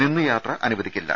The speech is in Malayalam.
നിന്ന് യാത്ര അനുവദിക്കില്ല